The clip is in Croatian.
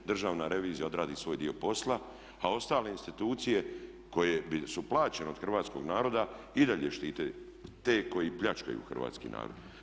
Državna revizija odradi svoj dio posla, a ostale institucije koje su plaćene od hrvatskog naroda i dalje štite te koji pljačkaju hrvatski narod.